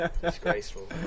Disgraceful